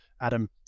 Adam